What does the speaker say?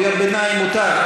קריאות ביניים מותר,